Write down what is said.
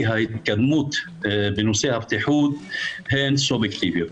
ההתקדמות בנושא הבטיחות הן סובייקטיביות.